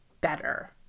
better